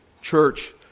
church